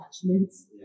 attachments